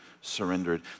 surrendered